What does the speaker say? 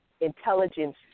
intelligence